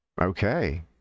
okay